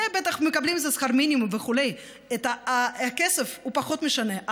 ובטח מקבלים איזה שכר מינימום וכו' הכסף פחות משנה,